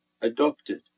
adopted